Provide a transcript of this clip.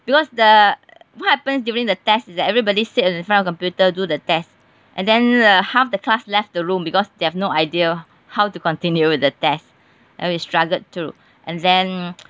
because the what happens during the test is that everybody sit in the front of the computer do the test and then uh half the class left the room because they have no idea how to continue with the test and we struggled through and then